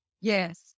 yes